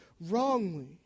wrongly